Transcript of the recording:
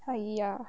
!hais! ya